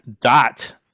dot